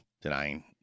denying